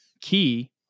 key